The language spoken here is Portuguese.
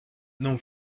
não